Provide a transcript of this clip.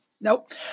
Nope